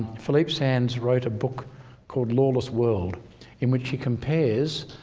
philippe sands wrote a book called lawless world in which he compares,